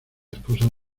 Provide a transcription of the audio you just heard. esposa